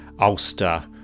Ulster